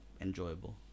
enjoyable